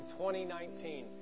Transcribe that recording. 2019